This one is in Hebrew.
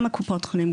גם קופות חולים,